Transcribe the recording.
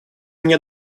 мне